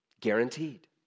guaranteed